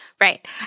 right